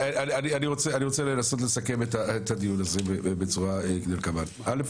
אני רוצה לנסות לסכם את הדיון הזה בצורה כדלקמן: א',